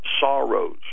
sorrows